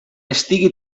estigui